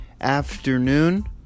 afternoon